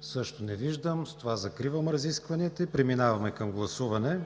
Също не виждам. Закривам разискванията и преминаваме към гласуване.